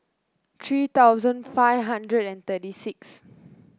three thousand five hundred and thirty six